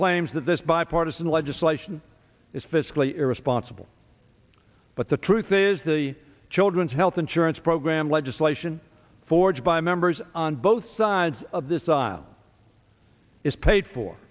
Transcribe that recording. claims that this bipartisan legislation is fiscally irresponsible but the truth is the children's health insurance program legislation forged by members on both sides of this aisle is paid for